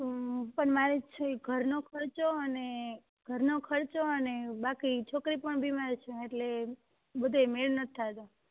તો પણ મારે છે એ ઘરનો ખર્ચો અને ઘરનો ખર્ચો અને બાકી છોકરી પણ બીમાર છે એટલે બધોય મેળ નથી થાતો